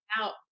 out